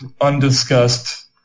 undiscussed